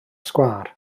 sgwâr